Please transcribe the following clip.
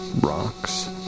rocks